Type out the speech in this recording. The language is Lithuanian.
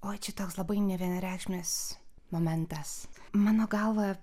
o čia toks labai nevienareikšmis momentas mano galva